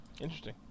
Interesting